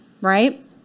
right